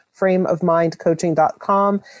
frameofmindcoaching.com